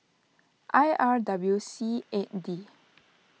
I R W C eight D